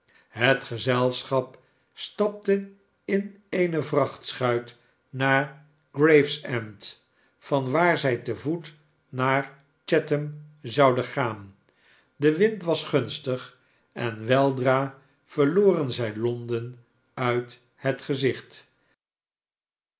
het gezelschap stapte in eene vrachtschuit naar gravesend van waar zij te voet naar chattam zpuden gaan de wind was gunstig en weldra verloren zij l o n d e n uit het gezicht